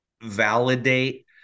validate